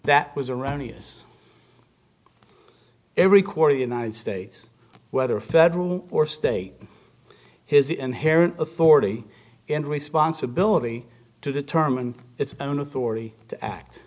that was around us every quarter the united states whether federal or state has the inherent authority and responsibility to determine its own authority to act